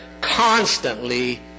constantly